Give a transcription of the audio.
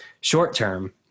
short-term